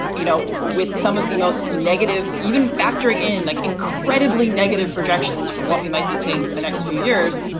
you know, with some of the most negative, even factoring in like incredibly negative projections for what we might be seeing for the next few years,